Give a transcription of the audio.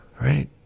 right